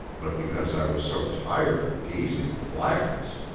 but because i was so tired of gazing at blackness.